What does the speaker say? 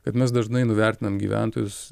kad mes dažnai nuvertinam gyventojus